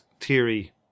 theory